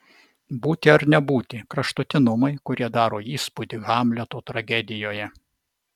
būti ar nebūti kraštutinumai kurie daro įspūdį hamleto tragedijoje